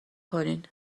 کنین